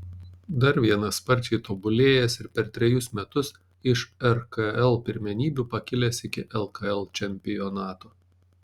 dar vienas sparčiai tobulėjęs ir per trejus metus iš rkl pirmenybių pakilęs iki lkl čempionato